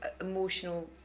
emotional